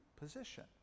position